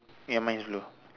ya mine is blue